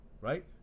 right